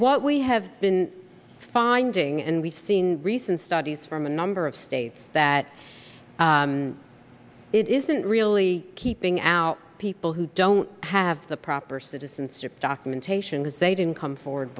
what we have been finding and we've seen recent studies from a number of states that it isn't really keeping out people who don't have the proper citizen strip documentation has they didn't come forward